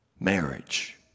Marriage